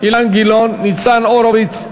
אילן גילאון, ניצן הורוביץ.